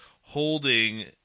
holding